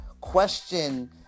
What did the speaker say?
question